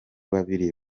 babiri